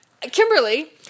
Kimberly